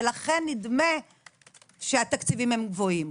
לכן נדמה שהתקציבים הם גבוהים.